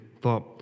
thought